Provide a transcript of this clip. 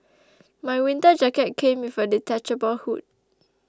my winter jacket came with a detachable hood